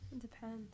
depends